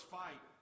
fight